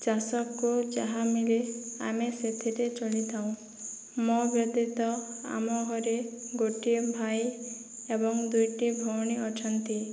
ଚାଷରୁ ଯାହା ମିଳେ ଆମେ ସେଥିରେ ଚଳିଥାଉ ମୋ ବ୍ୟତୀତ ଆମ ଘରେ ଗୋଟିଏ ଭାଇ ଏବଂ ଦୁଇଟି ଭଉଣୀ ଅଛନ୍ତି